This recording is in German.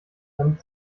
damit